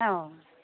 ওহ